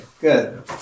good